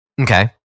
Okay